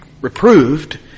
reproved